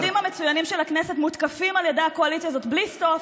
כי העובדים המצוינים של הכנסת מותקפים על ידי הקואליציה הזאת בלי סוף,